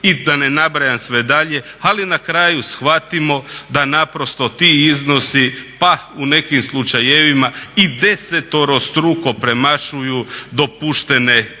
i da ne nabrajam sve dalje. Ali na kraju shvatimo da naprosto ti iznosi pa u nekim slučajevima i deseterostruku premašuju dopuštene